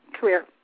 career